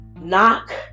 knock